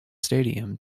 stadium